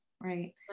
right